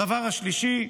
הדבר השלישי,